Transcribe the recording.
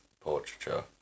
portraiture